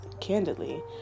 candidly